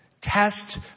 Test